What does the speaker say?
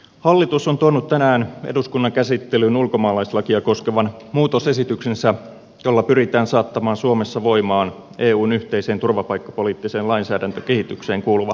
hallitus on tuonut tänään eduskunnan käsittelyyn ulkomaalaislakia koskevan muutosesityksensä jolla pyritään saattamaan suomessa voimaan eun yhteiseen turvapaikkapoliittiseen lainsäädäntökehitykseen kuuluva määritelmädirektiivi